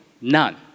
none